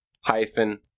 hyphen